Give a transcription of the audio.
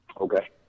Okay